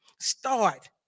Start